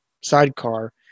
sidecar